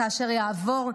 כאשר יעבור,